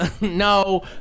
No